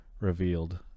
Revealed